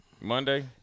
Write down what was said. Monday